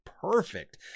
perfect